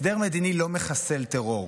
הסדר מדיני לא מחסל טרור,